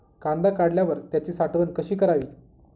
कांदा काढल्यावर त्याची साठवण कशी करावी?